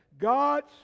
God's